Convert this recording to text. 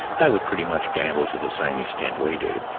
they would pretty much gamble to the same extent we do.